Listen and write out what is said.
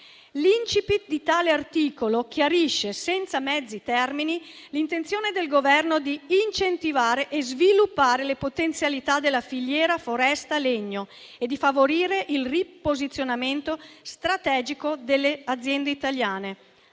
L'*incipit* di tale articolo chiarisce, senza mezzi termini, l'intenzione del Governo di incentivare e sviluppare le potenzialità della filiera foresta-legno e di favorire il riposizionamento strategico delle aziende italiane,